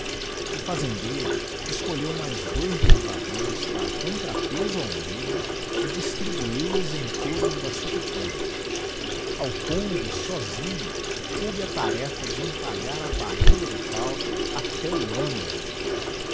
o fazendeiro escolheu mais dois derribadores para contrapeso ao negro e distribuiu os em torno da sucupira ao congo sósinho coube a tarefa de entalhar a barriga do páo até o âmago